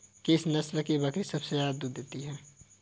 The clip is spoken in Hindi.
किस नस्ल की बकरी सबसे ज्यादा दूध देती है?